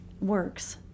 works